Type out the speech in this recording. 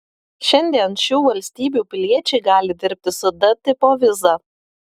šiandien šių valstybių piliečiai gali dirbti su d tipo viza